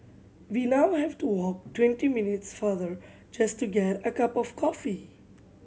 we now have to walk twenty minutes farther just to get a cup of coffee